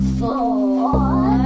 four